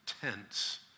tense